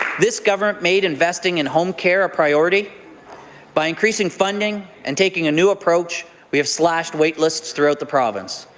this government made investing in home care a priority by increasing funding and taking a new approach, we have slashed wait lists throughout the province.